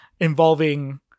involving